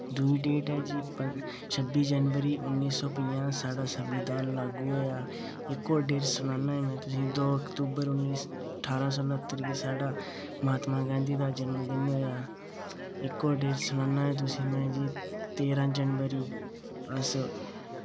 दुई डेट ऐ जी छब्बी जनवरी उन्नी सौ पंजाह् साढ़ा सविधान लागू होआ इक होर डेट सनान्ना जी में तुसें दो अक्टूबर उन्नी सौ ठारां सौ उनत्तर गी साढ़ा महात्मा गांधी दा जन्मदिन होआ इक होर डेट सनान्ना तुसें में जी तेह्रां जनवरी अस